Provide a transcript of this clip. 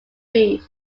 beef